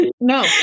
no